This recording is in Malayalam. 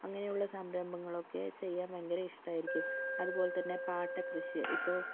അങ്ങനെയുള്ള സംരംഭങ്ങളൊക്കെ ചെയ്യാൻ ഭയങ്കര ഇഷ്ടമായിരിക്കും അതുപോലെതന്നെ പാട്ടകൃഷി ഇപ്പോൾ